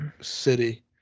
city